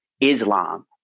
Islam